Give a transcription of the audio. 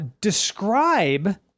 describe